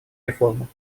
реформу